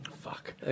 Fuck